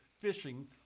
fishing